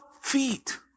feet